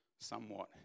somewhat